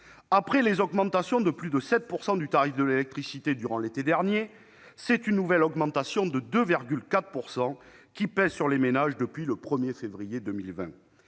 Après les augmentations de plus de 7 % du tarif de l'électricité durant l'été dernier, c'est une nouvelle augmentation de 2,4 % qui pèse sur les ménages depuis le 1 février 2020.